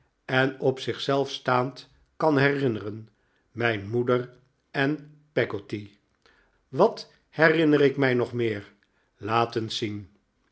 en op zich zelf staand kan herinneren mijn moeder en peggotty wat herinner ik mij nog meer laat eens zien